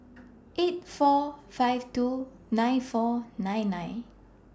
eight four five two nine four nine nine